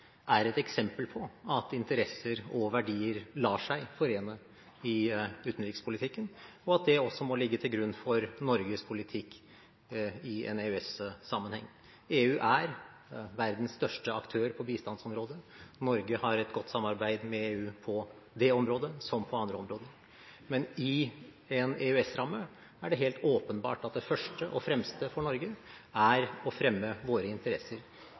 er et eksempel på at interesser og verdier lar seg forene i utenrikspolitikken, og at det også må ligge til grunn for Norges politikk i en EØS-sammenheng. EU er verdens største aktør på bistandsområdet. Norge har et godt samarbeid med EU på det området som på andre områder. Men i en EØS-ramme er det helt åpenbart at det første og fremste for Norge er å fremme våre interesser.